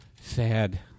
Sad